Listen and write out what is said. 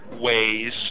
ways